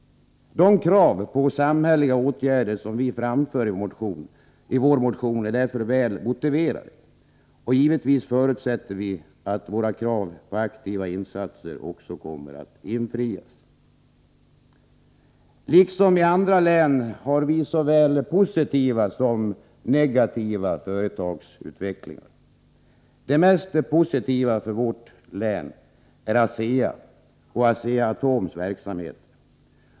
De krav på samhälleliga åtgärder som vi framför i vår motion är därför väl motiverade, och givetvis förutsätter vi att våra krav på aktiva insatser också kommer att infrias. Liksom i andra län har vi såväl positiva som negativa företagsutvecklingar. Det mest positiva för vårt län är ASEA och Asea-Atoms verksamhet.